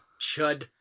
Chud